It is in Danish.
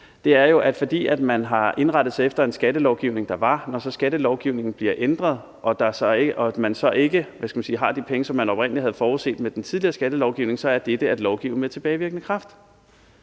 De siger, at fordi man har indrettet sig efter en skattelovgivning, der var – og når skattelovgivningen så bliver ændret og man så ikke har de penge, som man oprindelig havde forudset man havde med den tidligere skattelovgivning – så er dette at lovgive med tilbagevirkende kraft.